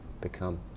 become